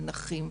לנכים,